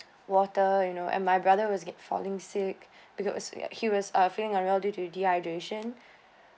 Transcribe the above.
water you know and my brother was get falling sick because of he was ah feeling unwell due to dehydration